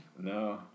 No